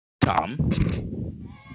Tom